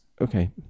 Okay